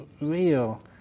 real